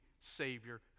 Savior